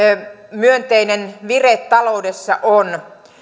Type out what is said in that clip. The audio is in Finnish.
myönteinen vire taloudessa on